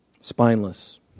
spineless